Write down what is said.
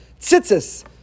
Tzitzis